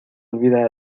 olvida